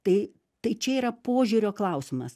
tai tai čia yra požiūrio klausimas